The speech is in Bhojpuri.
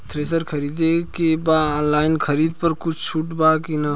थ्रेसर खरीदे के बा ऑनलाइन खरीद पर कुछ छूट बा कि न?